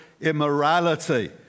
immorality